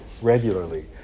regularly